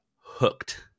Hooked